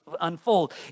unfold